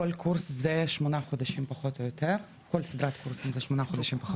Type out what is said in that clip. כל סדרת קורסים היא פחות או יותר שמונה חודשים.